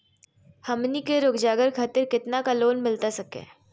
हमनी के रोगजागर खातिर कितना का लोन मिलता सके?